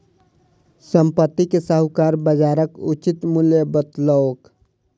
संपत्ति के साहूकार बजारक उचित मूल्य बतौलक